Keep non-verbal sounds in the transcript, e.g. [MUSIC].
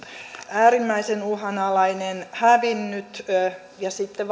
äärimmäisen uhanalainen hävinnyt ja sitten [UNINTELLIGIBLE]